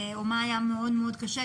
או מה היה מאוד מאוד קשה,